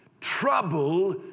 Trouble